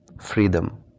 freedom